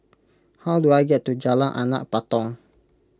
how do I get to Jalan Anak Patong